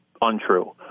Untrue